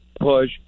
push